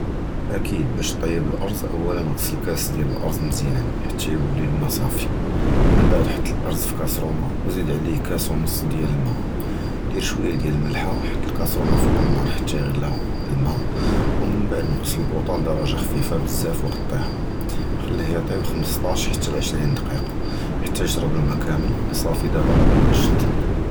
אַכֵּיד, בַּשּׁ תְּטִיב אֶל-אֻרְז, אוּלָא עַגְּסֵּל כַּאס דִיָּאל אֶל-אֻרְז מְזִיּאַנָאן חַתָּא יִוֹּלִי אֶל-מַא סַפִּי. מִנְּבַּעְד חַטּ אֶל-אֻרְז פִי-כַּאסְרוּנָה וְזִיד עָלֵיהּ כַּאס וְנַּצ דִיָּאל אֶל-מַא, דִּיר שׁוּיָּא דִּיָּאל אֶל-מֶלְחָה וְחַטּ אֶל-כַּאסְרוּנָה עַל אֶל-נָּאר חַתָּא יִגְלִי אֶל-מַא. מִנְּבַּעְד נַקֵּס לַבּוּטָה לְדַרַגַת חַרַארָה חֻ'פִיפָה בְּזַבַּא וְעַגִּ'יהּ, חַלֵּהּ יִתְטִיב חֻמְסְטָאש חַתָּא לְעִשְרִין דַּקָּאִיק, חַתָּא יִשְרַב אֶל-מַא כָּאמְל, סַפִּי דַּאבָּא רָהּ וָאגֵ'ד.